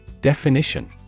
definition